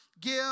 give